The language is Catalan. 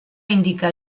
indicar